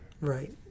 Right